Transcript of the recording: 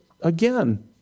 again